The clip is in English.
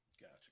Gotcha